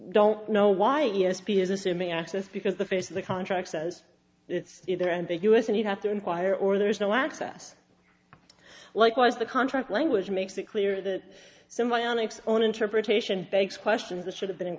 don't know why e s p is assuming access because the face of the contract says it's either ambiguous and you have to inquire or there is no access likewise the contract language makes it clear that so my onyx own interpretation begs questions that should have been in